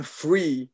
free